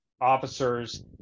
officers